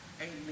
Amen